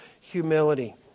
humility